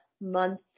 month